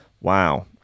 wow